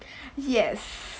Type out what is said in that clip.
yes